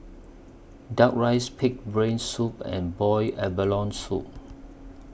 Duck Rice Pig'S Brain Soup and boiled abalone Soup